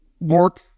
work